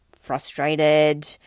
frustrated